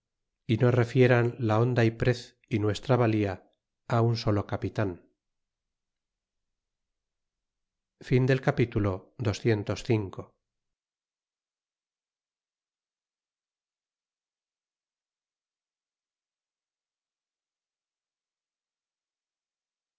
y no refieran la honra y prez y nuestra valía á un solo capitan capitulo